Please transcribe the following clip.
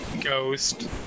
ghost